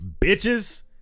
bitches